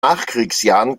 nachkriegsjahren